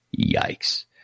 Yikes